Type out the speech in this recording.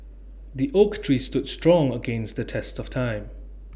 the oak tree stood strong against the test of time